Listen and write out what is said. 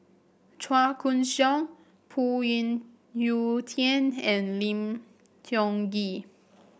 Chua Koon Siong Phoon Yew Tien and Lim Tiong Ghee